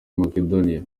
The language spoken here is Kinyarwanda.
macedonia